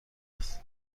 است